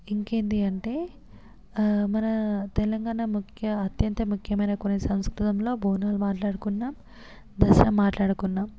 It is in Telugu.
ఇంకేంటి అంటే మన తెలంగాణ ముఖ్య అత్యంత ముఖ్యమైన కొన్ని సంస్కృతంలో బోనాలు మాట్లాడుకున్నాం దసరా మాట్లాడుకున్నాం